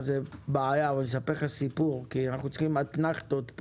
אספר סיפור, איזו אתנחתא.